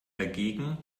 dagegen